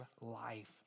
life